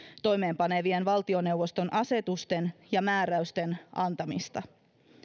toimeenpanevien valtioneuvoston asetusten ja määräysten antamista